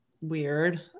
weird